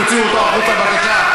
תוציאו אותו החוצה, בבקשה.